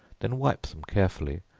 then wipe them carefully,